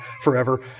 forever